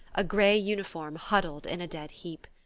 a grey uniform huddled in a dead heap.